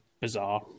bizarre